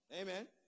Amen